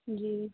जी